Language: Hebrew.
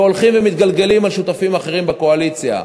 והולכים ומתגלגלים על שותפים אחרים בקואליציה.